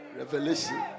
revelation